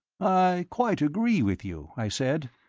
i quite agree with you, i said,